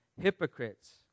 hypocrites